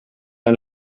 ein